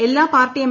എല്ലാ party M